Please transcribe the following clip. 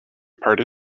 pardon